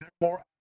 more